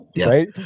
Right